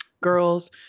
girls